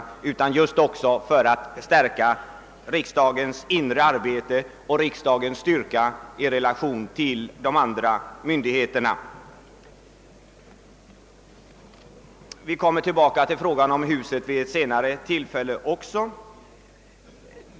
Det bör sättas vid denna siffra även för att riksdagens inre arbete skall stärkas och riksdagens styrka ökas i relation till olika myndigheter. Till frågan om riksdagshuset får vi ju återkomma vid ett senare tillfälle.